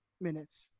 minutes